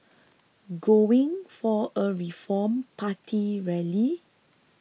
going for a Reform Party rally